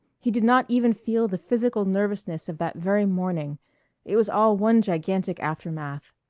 he did not even feel the physical nervousness of that very morning it was all one gigantic aftermath.